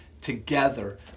together